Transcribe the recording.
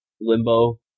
limbo